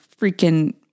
freaking